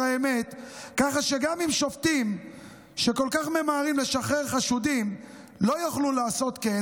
האמת ככה שגם שופטים שכל כך ממהרים לשחרר חשודים לא יוכלו לעשות כן,